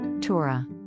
Torah